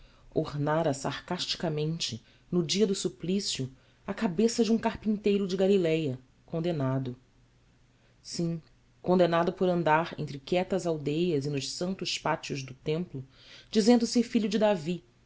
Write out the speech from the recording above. jerusalém ornara sarcasticamente no dia do suplício a cabeça de um carpinteiro de galiléia condenado sim condenado por andar entre quietas aldeias e nos santos pátios do templo dizendo-se filho de davi